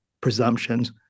presumptions